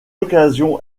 occasion